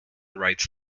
rights